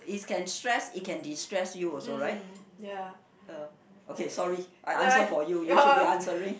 mm mm ya like like your